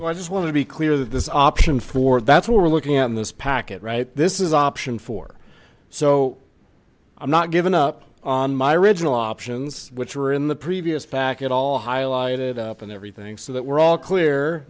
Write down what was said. so i just want to be clear that this option for that's what we're looking at in this package right this is option four so i'm not giving up on my original options which were in the previous packet all highlighted up in everything so that we're all clear